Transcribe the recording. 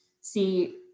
see